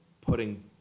putting